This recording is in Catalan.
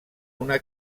una